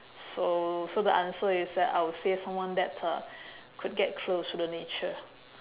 so so the answer is that I would say someone that uh could get close to the nature